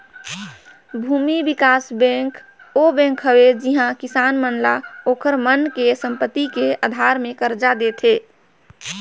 भूमि बिकास बेंक ओ बेंक हवे जिहां किसान मन ल ओखर मन के संपति के आधार मे करजा देथे